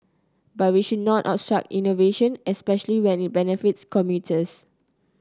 but we should not obstruct innovation especially when it benefits commuters